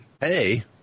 hey